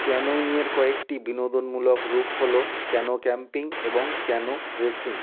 ক্যানোয়িংয়ের কয়েকটি বিনোদনমূলক রূপ হলো ক্যানো ক্যাম্পিং এবং ক্যানো রেসিং